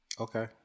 Okay